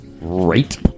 right